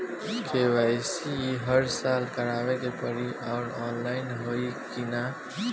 KYC हर साल करवावे के पड़ी और ऑनलाइन होई की ना?